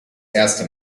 erste